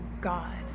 God